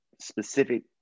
specific